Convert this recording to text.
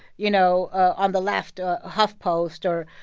you know, on the left, ah huffpost, or,